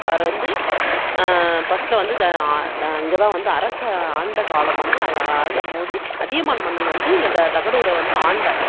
அவரை வந்து ஃபர்ஸ்டில் வந்து இங்கே தான் வந்து அரசை ஆண்ட காலம் வந்து அவன் ஆண்டபோது அதியமான் மன்னன் வந்து இந்த தகடூரை வந்து ஆண்டார்